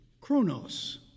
chronos